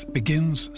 begins